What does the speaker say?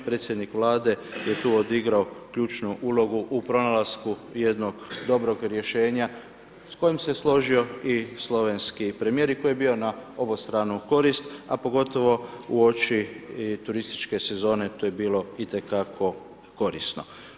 Predsjednik Vlade je tu odigrao ključnu ulogu u pronalasku jednog dobrog rješenja s kojim se složio i slovenski premijer i koji je bio na obostranu korist, a pogotovo uoči turističke sezone, to je bilo itekako korisno.